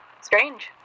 Strange